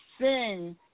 sing